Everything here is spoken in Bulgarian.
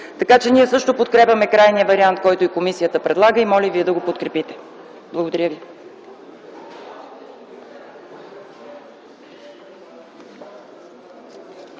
режим. Ние също подкрепяме крайния вариант, който комисията предлага, и молим вие да го подкрепите. Благодаря ви.